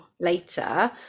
later